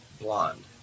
blonde